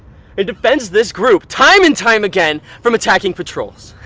and defends this group time and time again from attacking patrols!